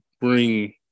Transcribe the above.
bring